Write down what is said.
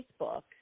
Facebook